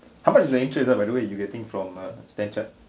how much is the interest ah by the way you getting from uh Stand Chart